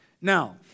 Now